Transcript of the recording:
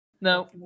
no